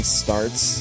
starts